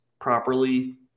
properly